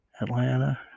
Atlanta